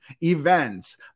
events